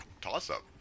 toss-up